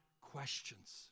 questions